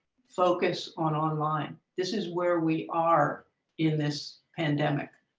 focus on online. this is where we are in this pandemic.